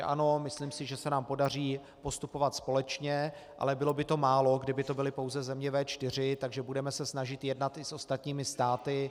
Ano, myslím si, že se nám podaří postupovat společně, ale bylo by to málo, kdyby to byly pouze země V4, takže se budeme snažit jednat i s ostatními státy.